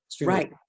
Right